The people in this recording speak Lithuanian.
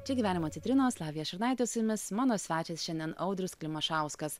čia gyvenimą citrinos lavija šurnaitė su jumis mano svečias šiandien audrius klimašauskas